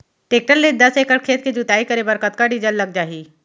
Tractor ले दस एकड़ खेत के जुताई करे बर कतका डीजल लग जाही?